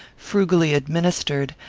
frugally administered,